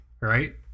right